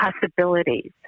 possibilities